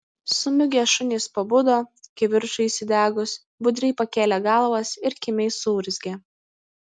sumigę šunys pabudo kivirčui įsidegus budriai pakėlė galvas ir kimiai suurzgė